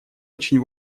очень